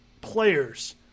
players